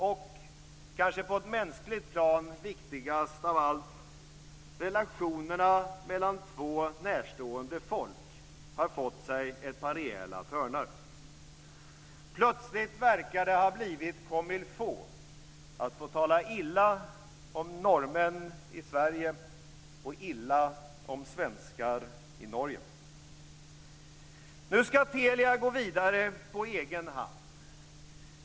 Och det på ett mänskligt plan kanske viktigaste av allt är att relationerna mellan två närstående folk har fått sig ett par rejäla törnar. Plötsligt verkar det ha blivit comme-il-faut att tala illa om norrmän i Nu ska Telia gå vidare på egen hand.